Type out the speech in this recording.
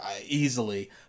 easily